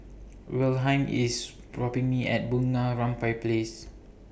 Wilhelm IS dropping Me At Bunga Rampai Place